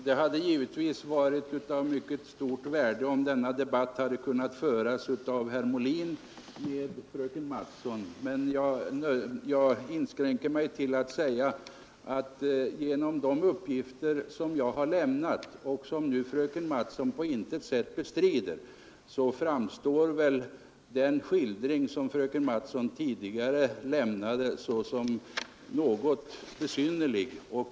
Herr talman! Det hade givetvis varit av mycket stort värde om denna debatt hade kunnat föras av herr Molin med fröken Mattson. Jag inskränker mig till att säga att genom de uppgifter jag har lämnat och som nu fröken Mattson på intet sätt bestrider framstår väl den skildring som fröken Mattson tidigare lämnade såsom något besynnerlig.